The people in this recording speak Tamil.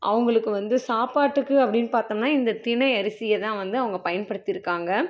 அவங்களுக்கு வந்து சாப்பாட்டுக்கு அப்படின்னு பார்த்தோம்னா இந்த தினை அரிசியை தான் வந்து அவங்க பயன்படுத்திருக்காங்க